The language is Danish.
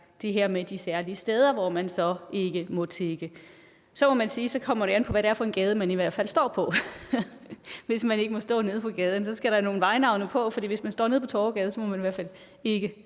det her med de særlige steder, hvor man så ikke må tigge, må jeg sige, at så kommer det an på, hvilken gade man står på. Hvis man ikke må stå nede på gaden, skal der nogle vejnavne på. Hvis man står nede på Torvegade, må man i hvert fald ikke tigge.